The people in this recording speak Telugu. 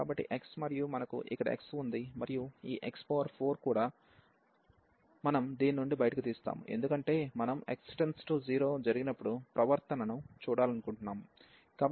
కాబట్టి x మరియు మనకు ఇక్కడ x ఉంది మరియు ఈ x4కూడా మనం దీని నుండి బయటకు తీస్తాము ఎందుకంటే మనం x0 జరిగినప్పుడు ప్రవర్తనను చూడాలనుకుంటున్నాము